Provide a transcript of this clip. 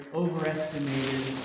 overestimated